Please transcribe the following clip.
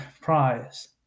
prize